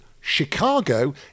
Chicago